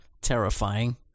terrifying